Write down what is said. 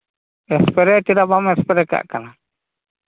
spray ᱪᱮᱫᱟᱜ ᱵᱟᱢ spray ᱠᱟᱜ ᱠᱟᱱᱟ